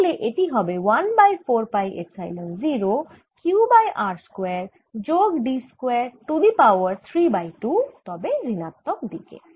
তাহলে এটি হবে 1 by 4 pi epsilon 0 q by r square যোগ d square to the power 3 by 2 তবে ঋণাত্মক দিকে